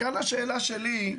וכאן השאלה שלי היא